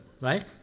right